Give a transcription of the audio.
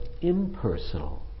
impersonal